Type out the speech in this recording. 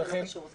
זה לא קשור.